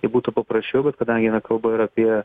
tai būtų paprasčiau kad kadangi eina kalba ir apie